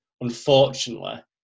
unfortunately